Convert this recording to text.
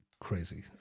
crazy